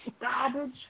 Garbage